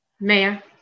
mayor